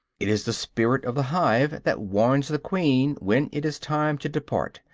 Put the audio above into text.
it is the spirit of the hive that warns the queen when it is time to depart,